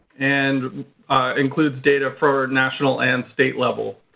and includes data for national and state level.